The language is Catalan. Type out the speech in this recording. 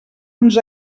uns